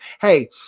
Hey